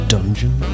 Dungeon